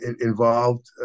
involved